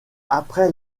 après